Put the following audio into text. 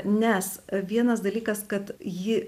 nes vienas dalykas kad ji